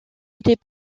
était